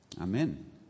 Amen